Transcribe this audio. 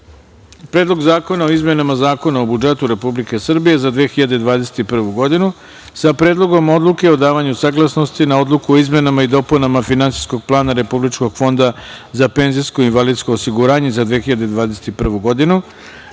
Predlog zakona o izmenama Zakona o budžetu Republike Srbije za 2021. godinu, sa Predlogom odluke o davanju saglasnosti na Odluku o izmenama i dopunama Finansijskog plana Republičkog fonda za penzijsko i invalidsko osiguranje za 2021. godinu,